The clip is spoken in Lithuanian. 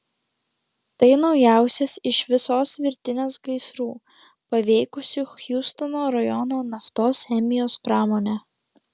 tai naujausias iš visos virtinės gaisrų paveikusių hjustono rajono naftos chemijos pramonę